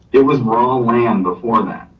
it was wrong land before that.